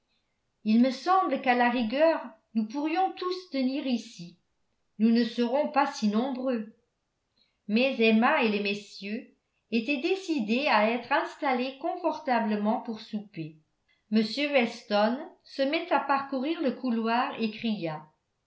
il me semble qu'à la rigueur nous pourrions tous tenir ici nous ne serons pas si nombreux mais emma et les messieurs étaient décidés à être installés confortablement pour souper m weston se met à parcourir le couloir et cria